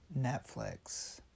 Netflix